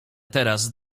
teraz